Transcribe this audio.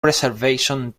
preservation